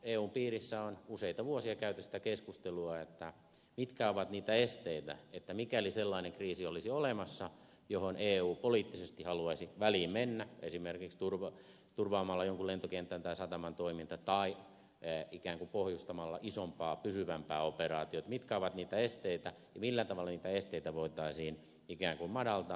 eun piirissä on useita vuosia käyty sitä keskustelua että mitkä ovat niitä esteitä että mikäli sellainen kriisi olisi olemassa johon eu poliittisesti haluaisi väliin mennä esimerkiksi turvaamaan jonkun lentokentän tai sataman toiminnan tai ikään kuin pohjustamaan isompaa pysyvämpää operaatiota mitkä ovat niitä esteitä ja millä tavalla niitä esteitä voitaisiin ikään kuin madaltaa